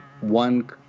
one